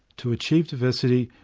to achieve diversity,